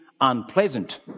unpleasant